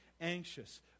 Anxious